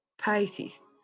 Pisces